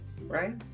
right